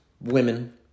women